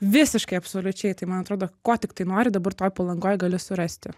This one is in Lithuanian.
visiškai absoliučiai tai man atrodo ko tiktai nori dabar toj palangoj gali surasti